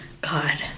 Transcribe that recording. God